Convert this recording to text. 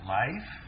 life